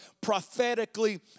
prophetically